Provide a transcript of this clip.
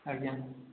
ଆଜ୍ଞା